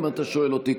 אם אתה שואל אותי,